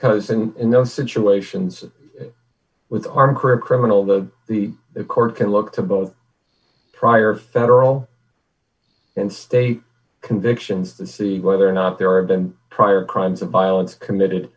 because in those situations with our criminal the the the court can look to both prior federal and state convictions to see whether or not there are been prior crimes of violence committed